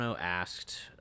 asked